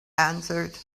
answered